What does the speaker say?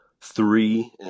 three